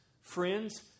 friends